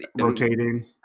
rotating